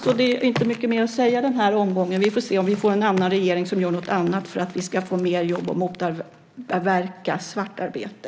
Det finns därför inte mycket mer att säga i den här omgången. Vi får se om vi får en annan regering som gör någonting annat för att vi ska få mer jobb och motverka svartarbete.